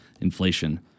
inflation